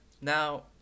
now